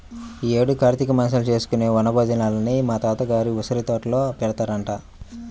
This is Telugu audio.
యీ యేడు కార్తీక మాసంలో చేసుకునే వన భోజనాలని మా తాత గారి ఉసిరితోటలో పెడతారంట